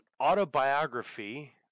autobiography